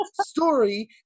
story